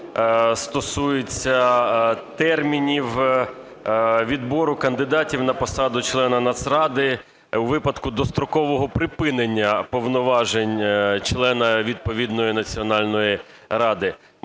стосується термінів відбору кандидатів на посаду члена Нацради у випадку дострокового припинення повноважень члена відповідної Національної ради.